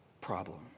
problem